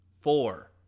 four